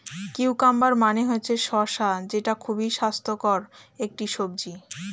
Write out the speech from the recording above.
cucumber মানে হচ্ছে শসা যেটা খুবই স্বাস্থ্যকর একটি সবজি